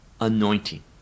anointing